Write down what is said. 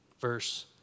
Verse